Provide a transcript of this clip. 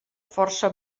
força